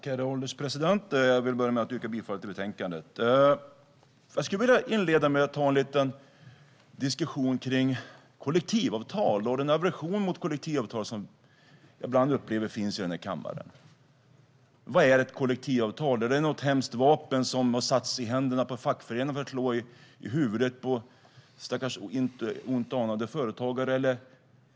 Herr ålderspresident! Jag yrkar bifall till utskottets förslag. Låt mig inleda med några ord om kollektivavtal och den aversion mot kollektivavtal som jag ibland upplever finns i kammaren. Vad är ett kollektivavtal? Är det ett hemskt vapen som har satts i händerna på fackföreningarna för att slå i huvudet på stackars intet ont anande företagare?